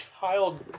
child